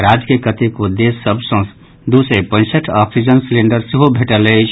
राज्य के कतेको देश सभ सँ दू सय पैंसठि ऑक्सीजन सिलेंडर सेहो भेटल अछि